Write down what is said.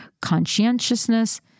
Conscientiousness